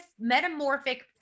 metamorphic